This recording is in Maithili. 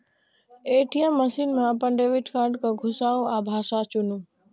ए.टी.एम मशीन मे अपन डेबिट कार्ड कें घुसाउ आ भाषा चुनू